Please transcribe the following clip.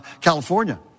California